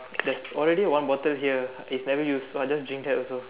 there's already one bottle here it's never use so I just drink that also